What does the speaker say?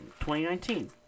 2019